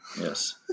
Yes